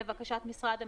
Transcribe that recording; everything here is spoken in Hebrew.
לבקשת משרד המשפטים.